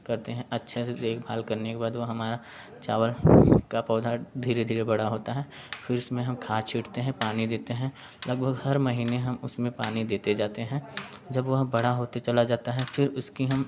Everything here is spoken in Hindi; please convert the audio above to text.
करते हैं अच्छे से देखभाल करने के बाद वो हमारा चावल का पौधा धीरे धीरे बड़ा होता है फिर इसमें हम खाद छींटते हैं पानी देते हैं लगभग हर महीने हम उसमें पानी देते जाते हैं जब वह बड़ा होते चला जाता है फिर उसकी हम